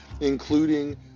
including